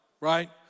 right